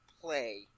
play